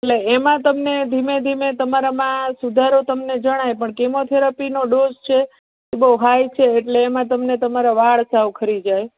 એટલે એમાં તમને ધીમે ધીમે તમારામાં સુધારો તમને જણાય કેમોથેરાપીનો ડોઝ છે બહુ હાઈ છે એટલે એમાં તમારા વાળ સાવ ખરી જાય